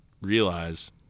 realize